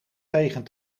tegen